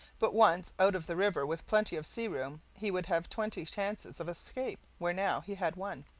but once out of the river with plenty of sea-room, he would have twenty chances of escape where now he had one.